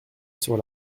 sur